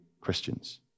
Christians